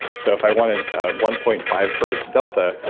so, if i wanted one point five hertz delta,